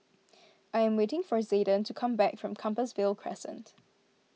I am waiting for Zayden to come back from Compassvale Crescent